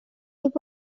দিব